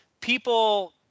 people